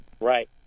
right